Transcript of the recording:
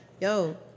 yo